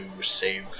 save